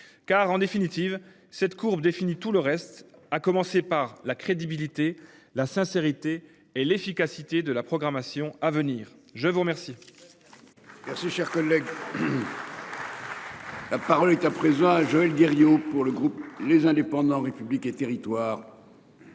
Car en définitive cette courbe défini tout le reste, à commencer par la crédibilité la sincérité et l'efficacité de la programmation à venir, je vous remercie. Merci cher collègue. La parole est à présent Joël Guerriau pour le groupe les indépendants République et Territoires.